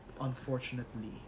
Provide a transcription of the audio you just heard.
Unfortunately